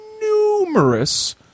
numerous